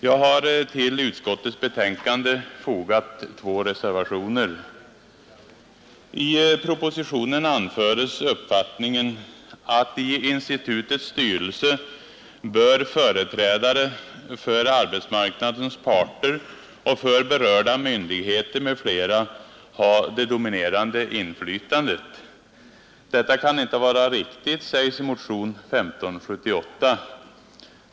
Jag har till utskottets betänkande fogat två reservationer. I propositionen anföres uppfattningen att i institutets styrelse bör företrädare för arbetsmarknadens parter och för berörda myndigheter m.fl. ha det dominerande inflytandet. Detta kan inte vara riktigt, säges i motionen 1578.